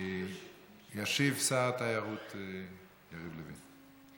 ישיב שר התיירות יריב לוין.